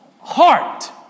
heart